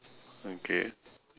okay